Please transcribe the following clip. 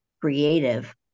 creative